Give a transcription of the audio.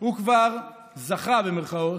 הוא כבר "זכה", במירכאות,